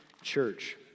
church